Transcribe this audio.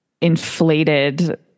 inflated